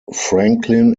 franklin